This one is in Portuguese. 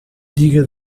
diga